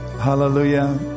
Hallelujah